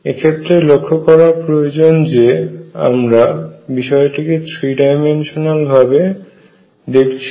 এ ক্ষেত্রে লক্ষ্য করা প্রয়োজন যে আমরা বিষয়টিকে থ্রী ডাইমেনশনাল ভাবে দেখছি